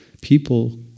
people